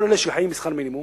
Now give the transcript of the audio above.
כל אלה שחיים משכר מינימום,